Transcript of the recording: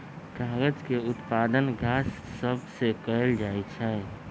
कागज के उत्पादन गाछ सभ से कएल जाइ छइ